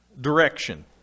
direction